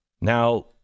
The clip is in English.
Now